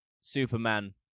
superman